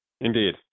Indeed